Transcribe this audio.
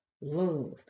love